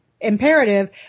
imperative